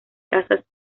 casas